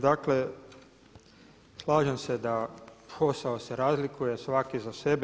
Dakle, slažem se da posao se razlikuje svaki za sebe.